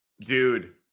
Dude